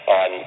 on